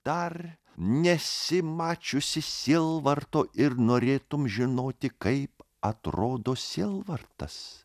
dar nesi mačiusi sielvarto ir norėtum žinoti kaip atrodo sielvartas